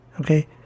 Okay